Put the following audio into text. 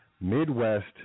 Midwest